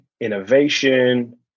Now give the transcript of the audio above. innovation